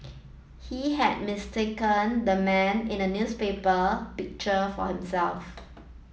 he had mistaken the man in the newspaper picture for himself